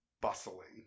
bustling